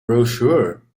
brochure